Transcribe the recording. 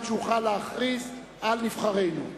כדי שאוכל להכריז על נבחרינו.